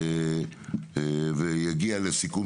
ויגיע לסיכום